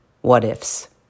what-ifs